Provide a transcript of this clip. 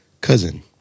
Cousin